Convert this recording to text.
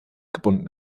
gebunden